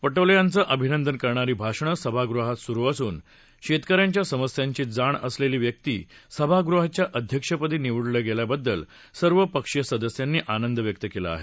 पटोले यांचं अभिनंदन करणारी भाषणं सभागृहात सुरु असून शेतकऱ्यांच्या समस्यांची जाण असलेली व्यक्ती सभागृहाच्या अध्यक्षपदी निवडली गेल्याबद्दल सर्व पक्षीय सदस्यांनी आनंद व्यक्त केला आहे